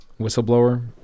whistleblower